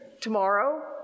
tomorrow